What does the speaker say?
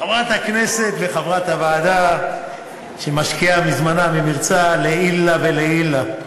חברת הכנסת וחברת הוועדה שמשקיעה מזמנה וממרצה לעילא ולעילא.